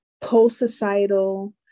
post-societal